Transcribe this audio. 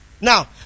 Now